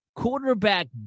quarterback